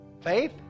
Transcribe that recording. Faith